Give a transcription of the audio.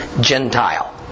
Gentile